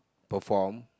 perform